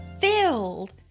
filled